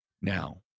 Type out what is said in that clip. Now